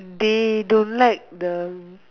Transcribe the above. they don't like the